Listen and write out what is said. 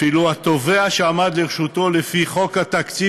אפילו התובע שעמד לרשותו לפי חוק התקציב